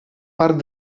part